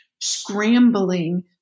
scrambling